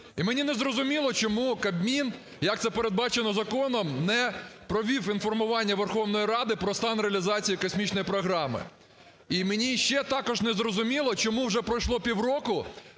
І мені не зрозуміло чому Кабмін, як це передбачено законом, не провів інформування Верховної Ради про стан реалізації космічної програми. І мені ще також не зрозуміло, чому вже пройшло півроку,